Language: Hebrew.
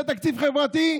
זה תקציב חברתי?